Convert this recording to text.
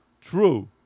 true